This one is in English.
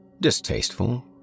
Distasteful